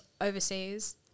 overseas –